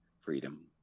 freedom